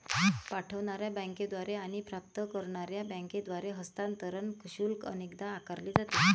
पाठवणार्या बँकेद्वारे आणि प्राप्त करणार्या बँकेद्वारे हस्तांतरण शुल्क अनेकदा आकारले जाते